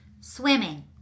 swimming